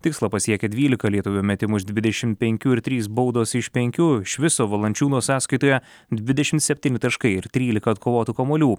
tikslą pasiekė dvylika lietuvio metimų iš dvidešim penkių ir trys baudos iš penkių iš viso valančiūno sąskaitoje dvidešim septyni taškai ir trylika atkovotų kamuolių